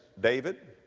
david,